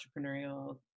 entrepreneurial